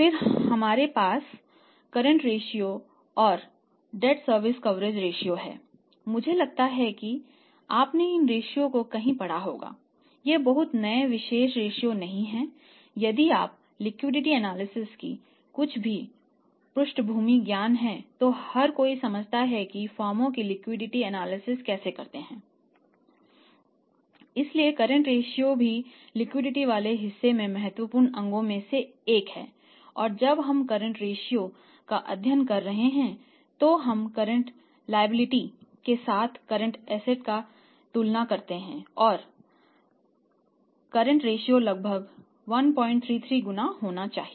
फिर हमारे पास कर्रेंट रेश्यो कैसे करते हैं इसलिए कर्रेंट रेश्यो लगभग 133 गुना होना चाहिए